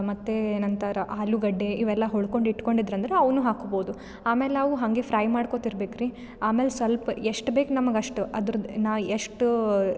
ಮತ್ತು ನಂತರ ಆಲೂಗಡ್ಡೆ ಇವೆಲ್ಲಾ ಹೊಳ್ಕೊಂಡು ಇಟ್ಕೊಂಡಿದ್ರಂದರ ಅವನ್ನು ಹಾಕೋಬೌದು ಆಮೇಲೆ ಅವು ಹಂಗೆ ಫ್ರೈ ಮಾಡ್ಕೋತ ಇರಬೇಕ್ರಿ ಆಮೇಲೆ ಸ್ವಲ್ಪ್ ಎಷ್ಟು ಬೇಕು ನಮ್ಗೆ ಅಷ್ಟು ಅದ್ರದ್ ನಾ ಎಷ್ಟು